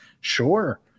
Sure